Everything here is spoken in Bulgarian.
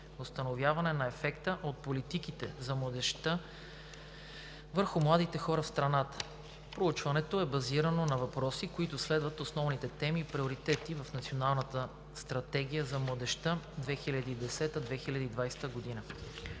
„Установяване на ефекта от политиките за младежта върху младите хора в страната“. Проучването е базирано на въпроси, които следват основните теми и приоритети в Националната стратегия за младежта 2010 – 2020 г.